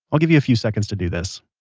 i'll give you a few seconds to do this